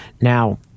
now